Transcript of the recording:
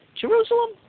Jerusalem